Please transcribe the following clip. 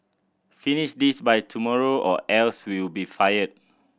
finish this by tomorrow or else you'll be fired